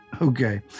Okay